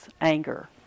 anger